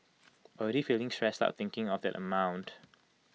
already feeling stressed out thinking of that amount